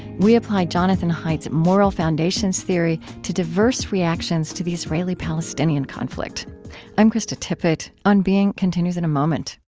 we apply jonathan haidt's moral foundations theory to diverse reactions to the israeli-palestinian conflict i'm krista tippett. on being continues in a moment